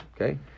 Okay